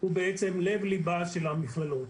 הוא בעצם לב ליבן של המכללות.